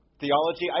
theology